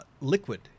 liquid